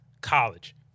college